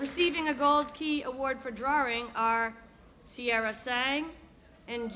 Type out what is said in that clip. receiving a gold key award for drawing our sierra saying and